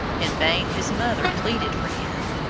in vain his mother pleaded for him.